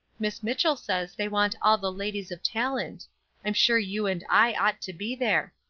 miss mitchell says they want all the ladies of talent i'm sure you and i ought to be there.